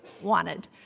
wanted